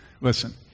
Listen